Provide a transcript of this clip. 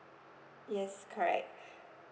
yes correct